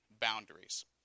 boundaries